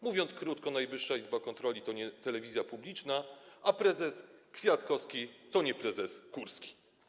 Mówiąc krótko, Najwyższa Izba Kontroli to nie telewizja publiczna, a prezes Kwiatkowski to nie prezes Kurski.